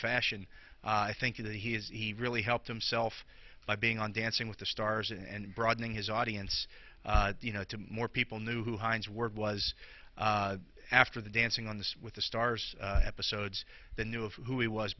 fashion i think that he is he really helped himself by being on dancing with the stars and broadening his audience you know to more people knew who hines ward was after the dancing on the with the stars episodes the knew of who he was